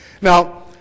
Now